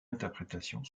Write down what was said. interprétation